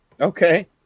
Okay